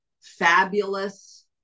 fabulous